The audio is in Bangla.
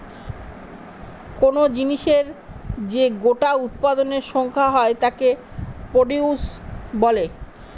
কোন জিনিসের যে গোটা উৎপাদনের সংখ্যা হয় তাকে প্রডিউস বলে